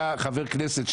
היה חבר כנסת,